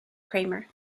kramer